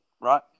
Right